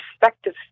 perspective